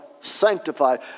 sanctified